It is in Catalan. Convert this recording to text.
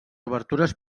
obertures